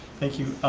thank you.